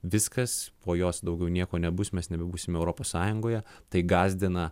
viskas po jos daugiau nieko nebus mes nebebūsime europos sąjungoje tai gąsdina